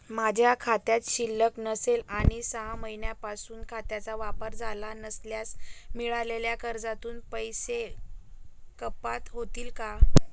माझ्या खात्यात शिल्लक नसेल आणि सहा महिन्यांपासून खात्याचा वापर झाला नसल्यास मिळालेल्या कर्जातून पैसे कपात होतील का?